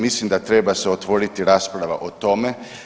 Mislim da treba se otvoriti rasprava o tome.